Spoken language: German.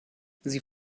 sie